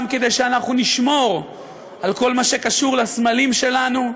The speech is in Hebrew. כדי שאנחנו נשמור על כל מה שקשור לסמלים שלנו,